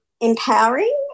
empowering